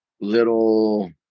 little